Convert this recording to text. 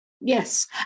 Yes